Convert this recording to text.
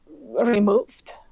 removed